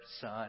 son